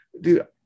dude